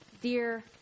dear